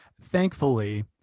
thankfully